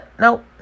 Nope